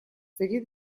совет